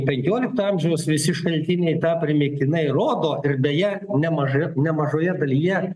penkiolikto amžiaus visi šaltiniai tą primygtinai rodo ir beje nemažoje nemažoje dalyje